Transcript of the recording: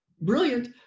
brilliant